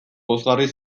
pozgarri